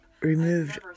Removed